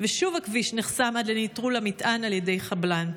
ושוב הכביש נחסם עד לנטרול המטען על ידי חבלן.